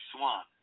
Swan